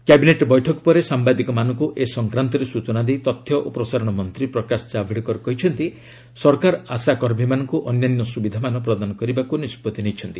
cabinet ବୈଠକ ପରେ ସାମ୍ଭାଦିକମାନଙ୍କୁ ଏ ସଂକ୍ରାନ୍ତରେ ସ୍ଚଚନା ଦେଇ ତଥ୍ୟ ଓ ପ୍ରସାରଣ ମନ୍ତ୍ରୀ ପ୍ରକାଶ ଜାବ୍ଡେକର କହିଛନ୍ତି ସରକାର ଆଶା କର୍ମୀମାନଙ୍କୁ ଅନ୍ୟାନ୍ୟ ସୁବିଧାମାନ ପ୍ରଦାନ କରିବାକୁ ନିଷ୍ପଭି ନେଇଛନ୍ତି